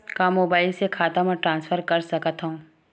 का मोबाइल से खाता म ट्रान्सफर कर सकथव?